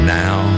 now